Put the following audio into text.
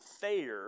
fair